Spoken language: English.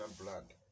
blood